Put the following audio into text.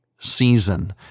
season